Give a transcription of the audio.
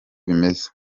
bimeze